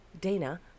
Dana